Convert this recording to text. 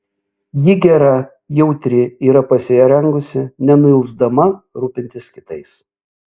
ji gera jautri yra pasirengusi nenuilsdama rūpintis kitais